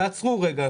תעצרו רגע,